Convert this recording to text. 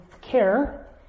care